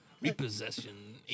Repossession